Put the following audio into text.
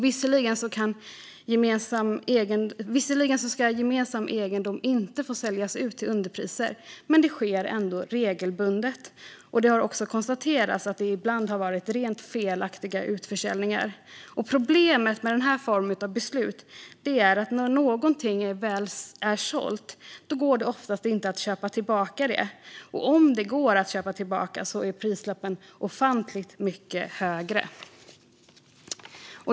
Visserligen ska inte gemensam egendom få säljas ut till underpriser. Ändå sker det regelbundet. Det har också konstaterats att det ibland har varit rent felaktiga utförsäljningar. Problemet med den här formen av beslut är att när något väl är sålt går det oftast inte att köpa tillbaka det. Och om det går att köpa tillbaka är prislappen ofantligt mycket högre.